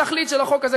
התכלית של החוק הזה,